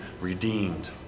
redeemed